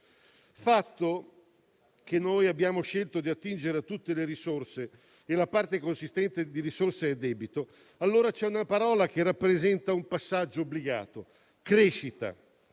Visto che abbiamo scelto di attingere a tutte le risorse e che la parte consistente delle risorse è a debito, allora c'è una parola che rappresenta un passaggio obbligato: crescita.